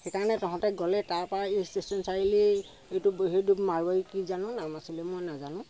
সেইকাৰণে তহঁতে গ'লে তাৰ পৰা এই ষ্টেশ্যন চাৰিআলি এইটো সেইটো মাৰোৱাৰী কি জানো নাম আছিলে মই নেজানো